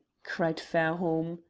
cried fairholme.